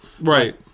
Right